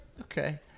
Okay